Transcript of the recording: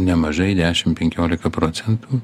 nemažai dešim penkiolika procentų